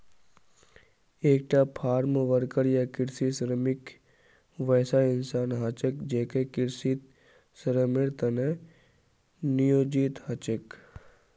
एकता farmworker या कृषि श्रमिक वैसा इंसान ह छेक जेको कृषित श्रमेर त न नियोजित ह छेक